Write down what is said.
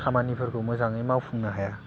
खामानिफोरखौ मोजाङै मावफुंनो हाया